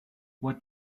what